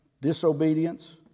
disobedience